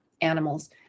animals